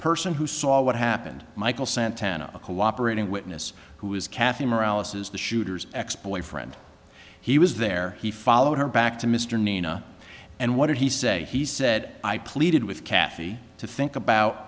person who saw what happened michael santana a cooperating witness who was kathy morality is the shooter's ex boyfriend he was there he followed her back to mr nina and what did he say he said i pleaded with kathy to think about